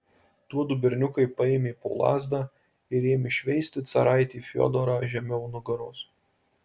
tuodu berniukai paėmė po lazdą ir ėmė šveisti caraitį fiodorą žemiau nugaros